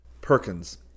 Perkins